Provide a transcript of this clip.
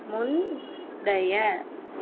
முந்தைய